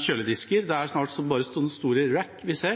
kjøledisker. Vi ser snart bare slike store «racks».